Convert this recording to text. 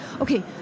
okay